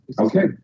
Okay